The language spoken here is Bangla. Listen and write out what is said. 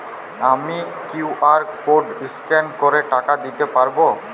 আমি কিউ.আর কোড স্ক্যান করে টাকা দিতে পারবো?